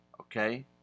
Okay